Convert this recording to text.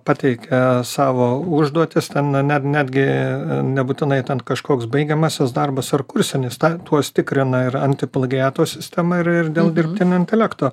pateikia savo užduotis ten net netgi nebūtinai ten kažkoks baigiamasis darbas ar kursinis tą tuos tikrina ir anti plagiato sistema ir ir dėl dirbtinio intelekto